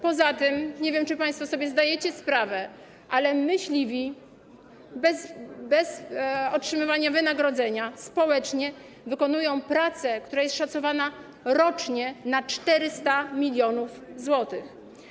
Poza tym nie wiem, czy państwo sobie zdajecie sprawę, ale myśliwi bez otrzymywania wynagrodzenia społecznie wykonują pracę, która jest szacowana rocznie na 400 mln zł.